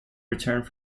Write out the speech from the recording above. returns